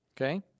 Okay